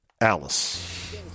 Alice